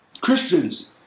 Christians